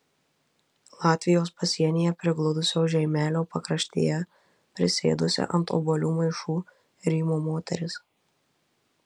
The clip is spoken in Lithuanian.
latvijos pasienyje prigludusio žeimelio pakraštyje prisėdusi ant obuolių maišų rymo moteris